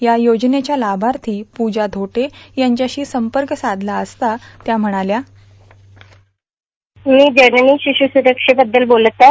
या योजनेच्या लाभार्थी पुजा धोटे यांच्याशी संपर्क साधला असता त्या म्हणाल्या बाईट मी जननी शिशु सुरक्षेबद्दल बोलत आहे